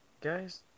guys